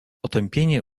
otępienie